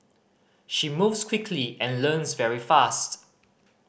she moves quickly and learns very fast